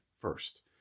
first